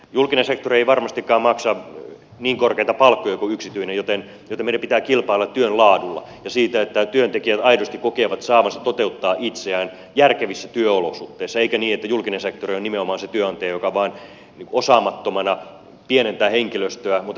julkinen sektori ei varmastikaan maksa niin korkeita palkkoja kuin yksityinen joten meidän pitää kilpailla työn laadulla ja sillä että työntekijät aidosti kokevat saavansa toteuttaa itseään järkevissä työolosuhteissa eikä niin että julkinen sektori on nimenomaan se työnantaja joka vain osaamattomana pienentää henkilöstöä mutta työolosuhteet eivät parane